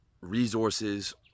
resources